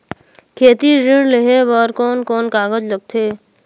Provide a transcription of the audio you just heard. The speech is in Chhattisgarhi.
खेती ऋण लेहे बार कोन कोन कागज लगथे?